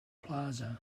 plaza